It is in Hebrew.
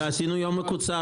בתענית אסתר עשינו יום מקוצר.